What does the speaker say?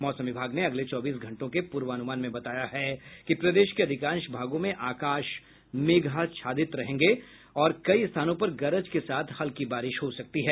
मौसम विभाग ने अगले चौबीस घंटों के पूर्वानुमान में बताया है कि प्रदेश के अधिकांश भागों में आकाश मेघाच्छादित रहेगा और कई स्थानों पर गरज के साथ हल्की बारिश हो सकती है